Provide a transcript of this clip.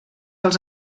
els